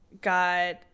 got